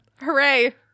Hooray